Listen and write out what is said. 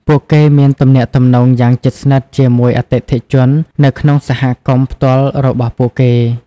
ពួកគេមានទំនាក់ទំនងយ៉ាងជិតស្និទ្ធជាមួយអតិថិជននៅក្នុងសហគមន៍ផ្ទាល់របស់ពួកគេ។